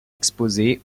exposées